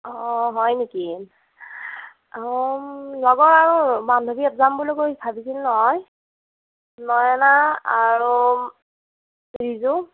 অ' হয় নেকি লগৰ আৰু বান্ধৱীহঁত যাম বুলি কৈ ভাবিছিল নহয় নয়না আৰু বিজু